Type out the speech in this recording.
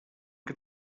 que